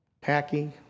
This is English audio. Packy